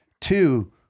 Two